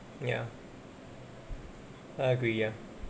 ya I agree ya